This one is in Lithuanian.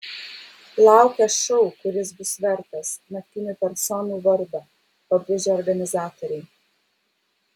laukia šou kuris bus vertas naktinių personų vardo pabrėžė organizatoriai